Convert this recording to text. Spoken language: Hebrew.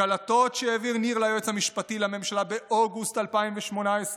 מן הקלטות שהעביר ניר ליועץ המשפטי לממשלה באוגוסט 2018,